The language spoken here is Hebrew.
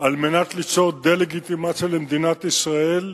על מנת ליצור דה-לגיטימציה למדינת ישראל,